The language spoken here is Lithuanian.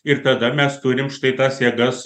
ir tada mes turim štai tas jėgas